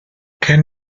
can